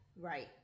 Right